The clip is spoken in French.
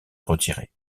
retiré